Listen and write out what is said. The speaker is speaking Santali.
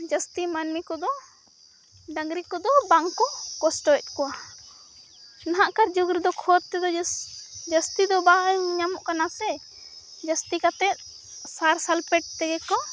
ᱡᱟᱹᱥᱛᱤ ᱢᱟᱹᱱᱢᱤᱠᱚᱫᱚ ᱰᱟᱹᱝᱜᱽᱨᱤ ᱠᱚᱫᱚ ᱵᱟᱝᱠᱚ ᱠᱚᱥᱴᱚᱭᱮᱫ ᱠᱚᱣᱟ ᱱᱟᱦᱟᱜᱠᱟᱨ ᱡᱩᱜᱽ ᱨᱮᱫᱚ ᱠᱷᱳᱫᱽᱛᱮᱫᱚ ᱡᱟᱹᱥᱛᱤᱫᱚ ᱵᱟᱝ ᱧᱟᱢᱚᱜᱠᱟᱱᱟ ᱥᱮ ᱡᱟᱹᱥᱛᱤ ᱠᱟᱛᱮᱫ ᱥᱟᱨ ᱥᱟᱞᱯᱷᱮᱴ ᱛᱮᱜᱮᱠᱚ